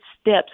steps